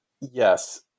Yes